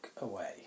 away